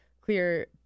clear